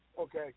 Okay